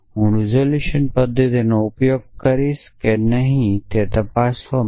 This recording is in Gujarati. હું રીઝોલ્યુશન પદ્ધતિનો ઉપયોગ કરીશ કે નહીં તે તપાસવા માટે